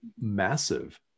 massive